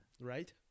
right